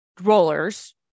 rollers